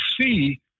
see